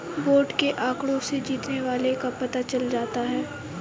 vote के आंकड़ों से जीतने वाले का पता चल जाता है